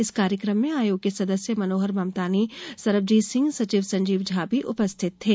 इस कार्यक्रम में आयोग के सदस्य मनोहर ममतानी सरबजीत सिंह सचिव संजीव झा भी उपस्थित थे